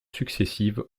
successives